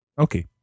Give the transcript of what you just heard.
Okay